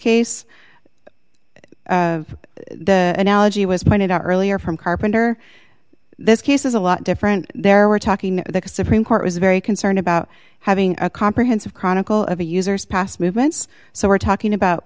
case the analogy was pointed out earlier from carpenter this case is a lot different there we're talking the supreme court was very concerned about having a comprehensive chronicle of a user's past movements so we're talking about